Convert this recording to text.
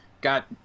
got